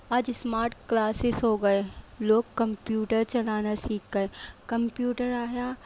آج smart classes ہو گئے لوگ کمپیوٹر چلانا سیکھ گئے کمپیوٹر آیا